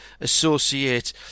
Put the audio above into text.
associate